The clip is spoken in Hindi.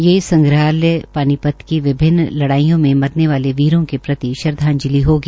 ये संग्रहालय पानीपत की विभन्न लडाईयों में मरने वाले वीरों के प्रति श्रदवाजंलि होगी